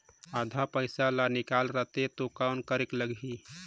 आधा पइसा ला निकाल रतें तो कौन करेके लगही?